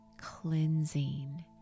cleansing